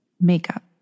makeup